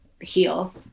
heal